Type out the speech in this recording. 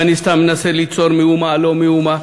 ואני סתם מנסה ליצור מהומה על לא מאומה?